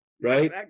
right